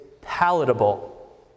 palatable